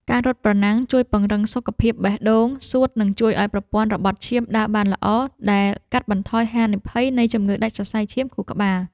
ការរត់ប្រណាំងជួយពង្រឹងសុខភាពបេះដូង សួត និងជួយឱ្យប្រព័ន្ធរបត់ឈាមដើរបានល្អ ដែលកាត់បន្ថយហានិភ័យនៃជំងឺដាច់សរសៃឈាមខួរក្បាល។